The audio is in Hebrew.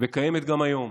וקיימת גם היום.